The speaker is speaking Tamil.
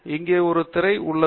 இங்கே ஒரு திரை உள்ளது